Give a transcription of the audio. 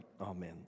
Amen